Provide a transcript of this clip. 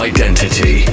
Identity